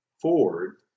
Ford